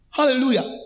Hallelujah